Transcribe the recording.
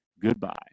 goodbye